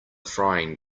frying